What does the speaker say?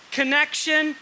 connection